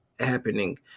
happening